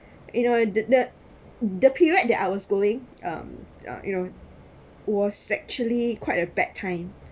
you know the the the period that I was going um uh you know was actually quite a bad time